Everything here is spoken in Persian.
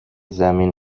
زمین